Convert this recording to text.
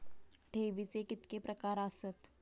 ठेवीचे कितके प्रकार आसत?